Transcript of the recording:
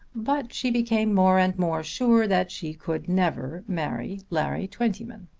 but she became more and more sure that she could never marry larry twentyman.